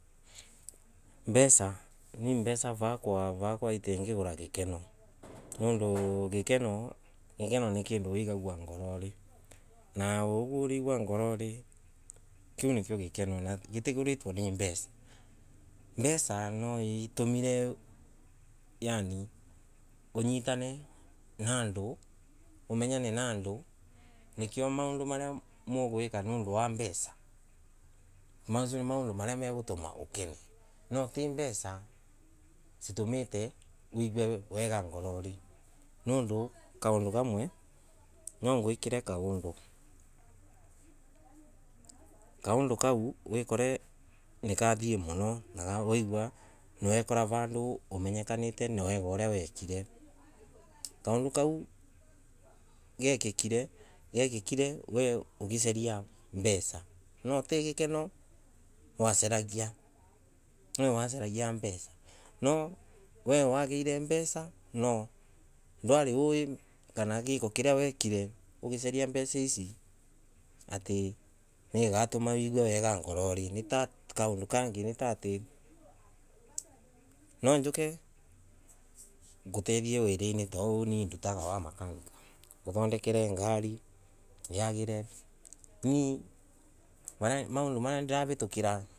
Mbeca. nimbeca vakwa itingigura gikeno. Nondu gikeno ni kindu wigaga ngorori. Nauguo uraigua ngorori. kiu nikio hgikeno na gitiguritwe ni mbeca. Mbeca nwaitumire yaani unitane na andu. umenyane naandu nikio maundu maria mugwika nondu wa mbeca maunimo magutuma ukene. Noo timbeca itumite wigue wega ngorori nondu kaundu kamwe nwangikire kaundu. Kaundu kau wikore nikathie muno na kaigua na wekora vandu umenyekanite na wirwe uria wekire. Kaundu kau gekikire we ugicania mbeca no tigikeno. wacaragia. niwe wacaragiambeca. noo we wagiirembeca no giko kiria wekire ugicari mbeca ici ati niwe uratuma wiigue wega ngorori. Ni ta. kaundu kenfi ni ati. nwanjuke ngukethie wiraini ta uyu ndutaga wa makanica. Nguthondekere ngari yagire nu maundumana ndiravitakira.